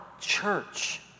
church